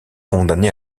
condamné